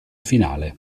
finale